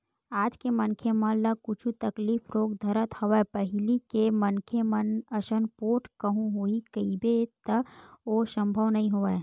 आज के मनखे मन ल कुछु तकलीफ रोग धरत हवय पहिली के मनखे मन असन पोठ कहूँ होही कहिबे त ओ संभव नई होवय